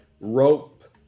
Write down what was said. rope